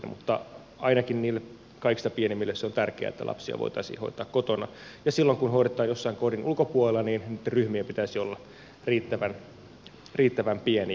mutta ainakin niille kaikista pienimmille se on tärkeää että lapsia voitaisiin hoitaa kotona ja silloin kun hoidetaan jossain kodin ulkopuolella niitten ryhmien pitäisi olla riittävän pieniä